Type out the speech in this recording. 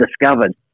discovered